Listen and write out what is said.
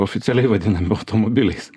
oficialiai vadiname automobiliais